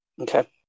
Okay